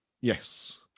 Yes